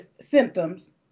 symptoms